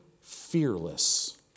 fearless